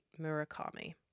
Murakami